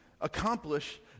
accomplish